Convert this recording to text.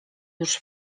już